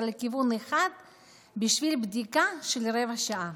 לכיוון אחד בשביל בדיקה של רבע שעה.